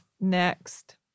Next